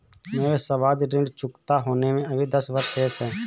मेरे सावधि ऋण चुकता होने में अभी दस वर्ष शेष है